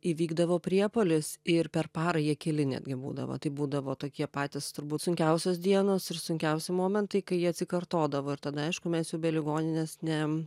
įvykdavo priepuolis ir per parą jie keli netgi būdavo tai būdavo tokie patys turbūt sunkiausios dienos ir sunkiausi momentai kai jie atsikartodavo ir tada aišku mes jau be ligoninės ne